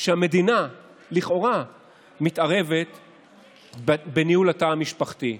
שהמדינה לכאורה מתערבת בניהול התא המשפחתי.